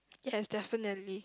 yes definitely